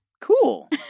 Cool